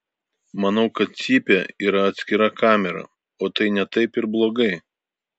manau kad cypė yra atskira kamera o tai ne taip ir blogai